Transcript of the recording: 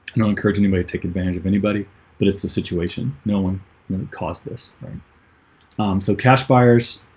know encourage anybody take advantage of anybody but it's a situation no one gonna cause this so cash buyers,